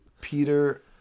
Peter